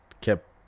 kept